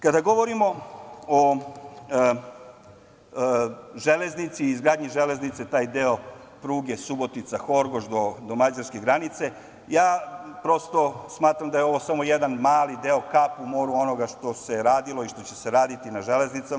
Kada govorimo o železnici i izgradnji železnice, taj deo pruge Subotica-Horgoš do mađarske granice, ja prosto smatram da je ovo samo jedan mali deo, kap u moru onoga što se radilo i što će se raditi na železnicama.